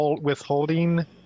withholding